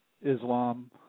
Islam